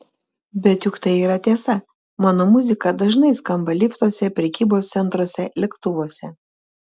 bet juk tai yra tiesa mano muzika dažnai skamba liftuose prekybos centruose lėktuvuose